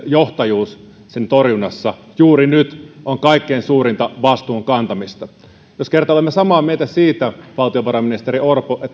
johtajuus ilmastonmuutoksen torjunnassa juuri nyt on kaikkein suurinta vastuun kantamista jos kerta olemme samaa mieltä siitä valtiovarainministeri orpo että